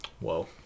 Whoa